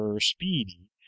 speedy